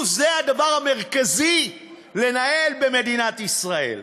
זה הדבר המרכזי שיש לנהל במדינת ישראל.